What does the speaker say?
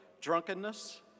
drunkenness